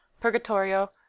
purgatorio